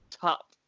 top